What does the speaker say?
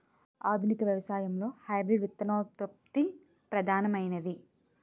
ఆధునిక వ్యవసాయంలో హైబ్రిడ్ విత్తనోత్పత్తి ప్రధానమైనది